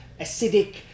acidic